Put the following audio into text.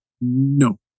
no